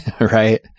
Right